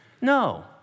No